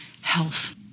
health